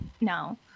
no